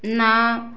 ना